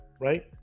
right